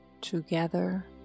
together